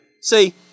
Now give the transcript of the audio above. See